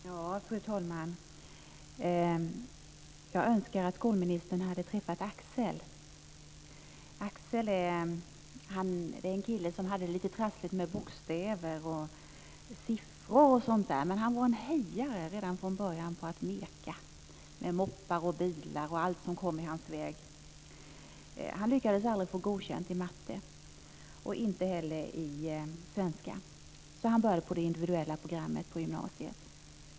Fru talman! Jag önskar att skolministern hade träffat Axel. Det är en kille som hade det lite trassligt med bokstäver och siffror, men han var redan från början en hejare på att meka med moppar, bilar och allt som kom i hans väg. Han lyckades aldrig få godkänt i matte, och inte heller i svenska. Han började på det individuella programmet på gymnasiet.